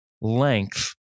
length